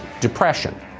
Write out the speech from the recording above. depression